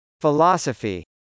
Philosophy